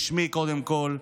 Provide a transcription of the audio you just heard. בשמי קודם כול,